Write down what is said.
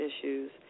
issues